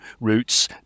roots